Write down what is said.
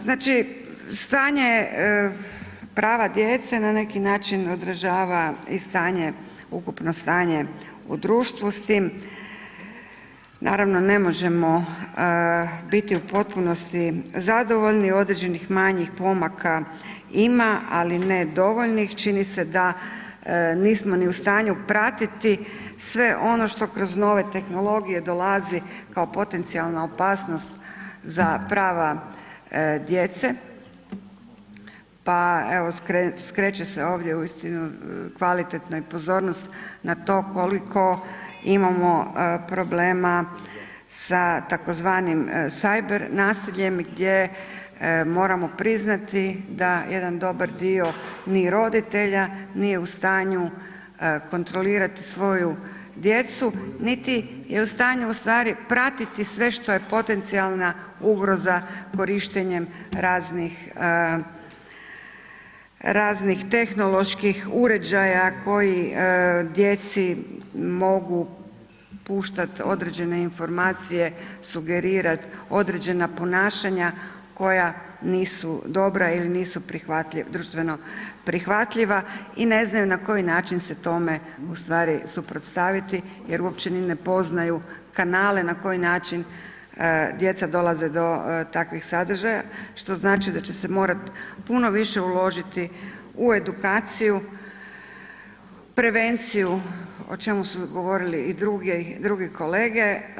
Znači stanje prava djece na neki način održava i stanje ukupno stanje u društvu, s tim, naravno ne možemo biti u potpunosti zadovoljni, određenih manjih pomaka ima, ali ne dovoljnih, čini se da nismo ni u stanju pratiti sve ono što kroz nove tehnologije dolazi kao potencijalna opasnost za prava djece pa evo, skreće se ovdje uistinu kvalitetna i pozornost na to koliko imamo problema sa tzv. cyber nasiljem gdje moramo priznati da jedan dobar dio ni roditelja nije u stanju kontrolirati svoju djecu niti je u stanju u stvari pratiti sve što je potencijalna ugroza korištenjem raznih tehnoloških koji djeci mogu puštati određene informacije, sugerirati određena ponašanja koja nisu dobra ili nisu društveno prihvatljiva i ne znaju na koji način se tome u stvari suprotstaviti jer uopće ni ne poznaju kanale na koji način djeca dolaze do takvih sadržaja, što znači da će se morati puno više uložiti u edukaciju, prevenciju, o čemu su govorili i drugi kolege.